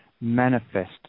manifest